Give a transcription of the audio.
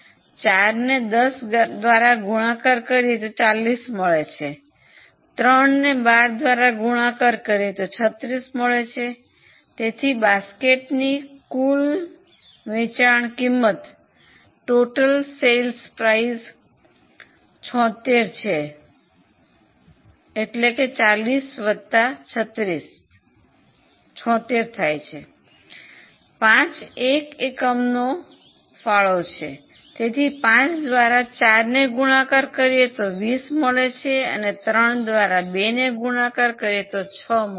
4 નું 10 દ્વારા ગુણાકાર કરીયે તો 40 મળે છે 3 નું 12 દ્વારા ગુણાકાર કરીયે તો 36 મળે છે તેથી બાસ્કેટની કુલ વેચાણ કિંમત 76 40 36 થાય છે 5 એક એકમનો ફાળો છે તેથી 5 દ્વારા 4 ને ગુણાકાર કરીયે તો 20 મળે છે અને 3 દ્વારા 2 ને ગુણાકાર કરીયે તો 6 મળે છે